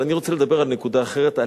אבל אני רוצה לדבר על נקודה אחרת,